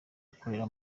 gukorera